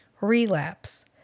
relapse